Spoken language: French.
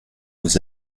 vos